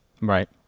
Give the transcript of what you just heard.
right